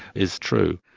is true.